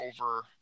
over